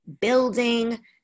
building